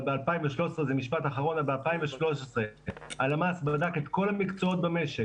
אבל ב-2013 הלמ"ס בדק את כל המקצועות במשק